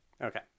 Okay